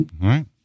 right